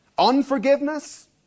unforgiveness